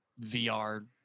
VR